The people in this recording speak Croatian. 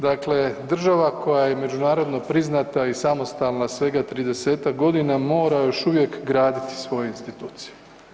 Dakle, država koja je međunarodno priznata i samostalna svega 30-ak godina, mora još uvijek graditi svoje institucije.